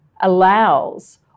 allows